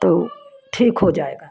तो ठीक हो जाएगा